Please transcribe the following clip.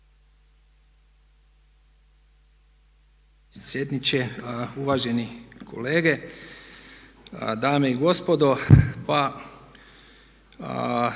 predsjedniče, uvaženi kolege, dame i gospodo pa